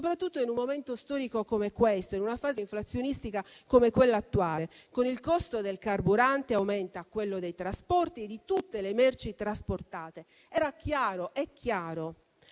soprattutto in un momento storico come questo, in una fase inflazionistica come quella attuale. Con il costo del carburante aumenta quello dei trasporti e quello di tutte le merci trasportate. Era chiaro, è chiaro!